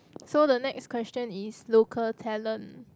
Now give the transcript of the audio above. so the next question is local talent